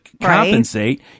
compensate